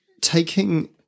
taking